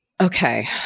Okay